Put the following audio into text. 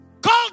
Call